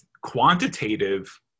quantitative